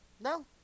No